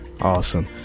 Awesome